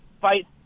fight